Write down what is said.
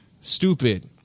stupid